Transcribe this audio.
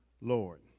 Lord